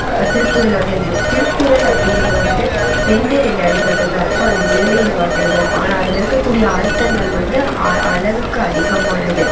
திருக்குறளில் வந்து எழுதி திருக்குறள் அப்படிங்குறது வந்துவிட்டு ரெண்டே ரெண்டு அடி மட்டும் தான் இருக்கும் அதில் ஏழே ஏழு வார்த்தைகள் தான் இருக்கும் ஆனால் அதில் இருக்கக்கூடிய அர்த்தங்கள் வந்து அளவுக்கு அதிகமானது